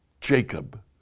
Jacob